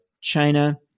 China